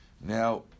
Now